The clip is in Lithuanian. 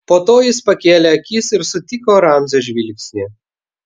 po to jis pakėlė akis ir sutiko ramzio žvilgsnį